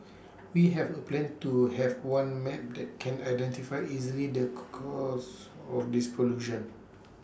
we have A plan to have one map that can identify easily the course of this pollution